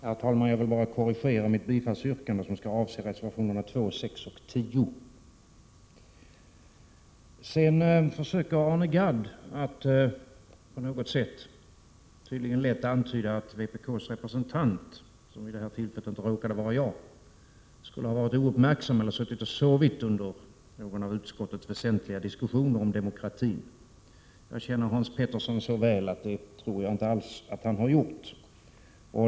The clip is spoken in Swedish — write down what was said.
Herr talman! Jag vill korrigera mitt bifallsyrkande, som skall avse reservationerna 2, 6 och 10. Arne Gadd lät antyda att vpk:s representant, som vid tillfället i fråga inte råkade vara jag, skulle ha varit ouppmärksam eller ha suttit och sovit under någon av utskottets väsentliga diskussioner om demokratin. Jag känner Hans Petersson i Hallstahammar så väl att jag inte alls tror att han har gjort det.